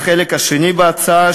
החלק השני בהצעה,